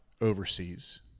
overseas